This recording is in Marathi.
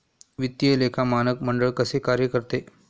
वित्तीय लेखा मानक मंडळ कसे कार्य करते?